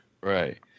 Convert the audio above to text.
Right